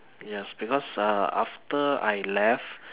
yes because uh after I left